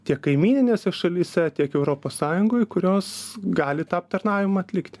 tiek kaimyninėse šalyse tiek europos sąjungoj kurios gali tą aptarnavimą atlikti